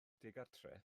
digartref